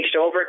over